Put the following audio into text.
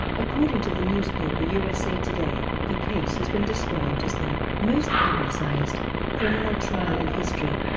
according to the newspaper usa today, the case has been described as the most publicized criminal trial in history.